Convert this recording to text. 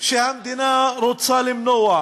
שהמדינה רוצה למנוע,